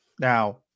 Now